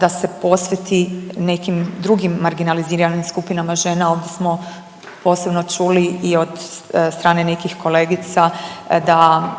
da se posveti nekim drugim marginaliziranim skupinama žena. Ovdje smo posebno čuli i od strane nekih kolegica da